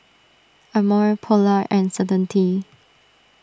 Amore Polar and Certainty